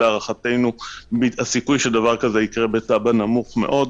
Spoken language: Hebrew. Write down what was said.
להערכתנו הסיכוי שדבר כזה יקרה בטאבה נמוך מאוד.